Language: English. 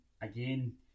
again